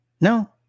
No